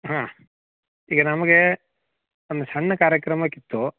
ಹಾಂ ಈಗ ನಮಗೆ ಒಂದು ಸಣ್ಣ ಕಾರ್ಯಕ್ರಮಕ್ಕೆ ಇತ್ತು